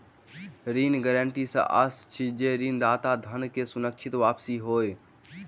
ऋण गारंटी सॅ आशय अछि जे ऋणदाताक धन के सुनिश्चित वापसी होय